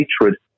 hatred